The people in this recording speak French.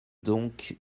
donc